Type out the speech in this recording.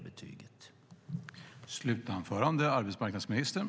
Det är betyget.